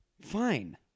Fine